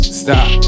stop